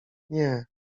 nie